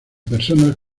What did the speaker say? personas